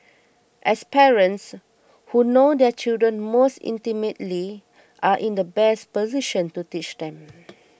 as parents who know their children most intimately are in the best position to teach them